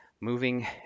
moving